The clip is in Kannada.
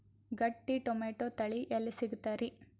ಗಟ್ಟಿ ಟೊಮೇಟೊ ತಳಿ ಎಲ್ಲಿ ಸಿಗ್ತರಿ?